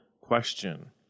question